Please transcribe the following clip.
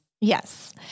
Yes